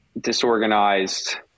disorganized